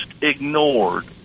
ignored